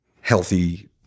healthy